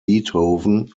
beethoven